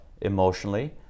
emotionally